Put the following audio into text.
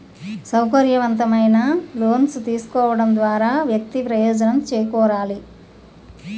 సౌకర్యవంతమైన లోన్స్ తీసుకోవడం ద్వారా వ్యక్తి ప్రయోజనం చేకూరాలి